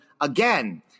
again